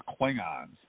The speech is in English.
Klingons